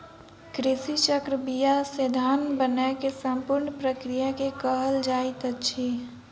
कृषि चक्र बीया से धान बनै के संपूर्ण प्रक्रिया के कहल जाइत अछि